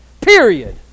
Period